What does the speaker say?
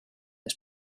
its